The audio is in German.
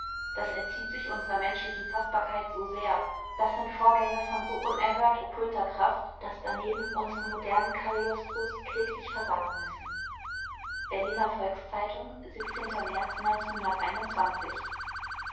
das entzieht sich unserer menschlichen faßbarkeit so sehr das sind vorgänge von so unerhört okkulter kraft daß daneben unsere modernen cagliostros kläglich versagen müssen berliner volks-zeitung märz